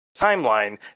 timeline